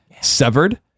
Severed